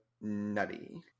nutty